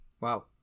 Wow